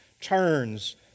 turns